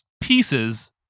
pieces